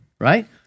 Right